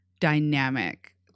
dynamic